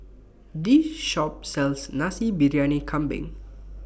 This Shop sells Nasi Briyani Kambing